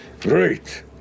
Great